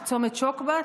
צומת שוקבא,